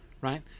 right